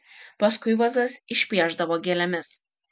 paskui vazas išpiešdavo gėlėmis